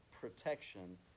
protection